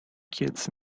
kids